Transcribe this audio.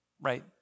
right